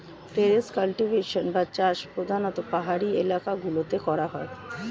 terrace cultivation বা চাষ প্রধানতঃ পাহাড়ি এলাকা গুলোতে করা হয়